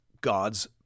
God's